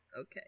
Okay